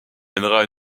mènera